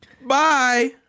Bye